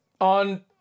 on